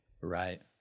right